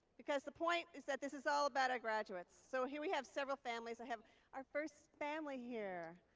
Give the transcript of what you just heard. because the point is that this is all about our graduates. so here, we have several families. i have our first family here.